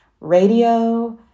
radio